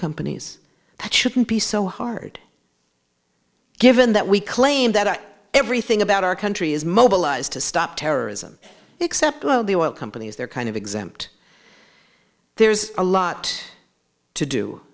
companies that shouldn't be so hard given that we claim that everything about our country is mobilized to stop terrorism except the oil companies they're kind of exempt there's a lot to do